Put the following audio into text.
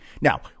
Now